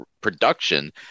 production